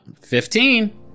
Fifteen